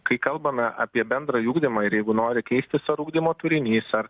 kai kalbame apie bendrąjį ugdymą ir jeigu nori keistis ar ugdymo turinys ar